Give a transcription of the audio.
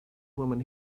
woman